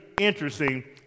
interesting